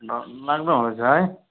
डरलाग्दो हुँदैछ है